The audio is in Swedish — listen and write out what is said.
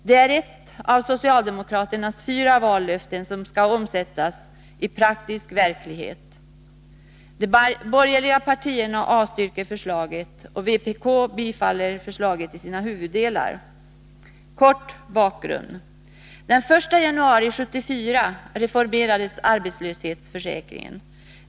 Det är ett av socialdemokraternas fyra vallöften, som skall omsättas i praktisk verklighet. De borgerliga partierna avstyrker förslaget, och vpk tillstyrker förslaget i dess huvuddelar. Kort bakgrund: Den 1 januari 1974 reformerades arbetslöshetsförsäkringen.